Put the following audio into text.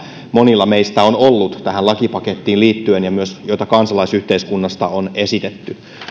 monilla meistä on ollut tähän lakipakettiin liittyen ja joita myös kansalaisyhteiskunnasta on esitetty